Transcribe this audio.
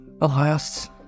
Alas